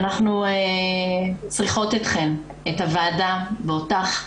אנחנו צריכות את הוועדה ואותך,